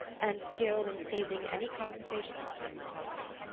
and skilled in seizing any compensations they might offer.